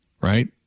right